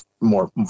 more